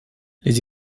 les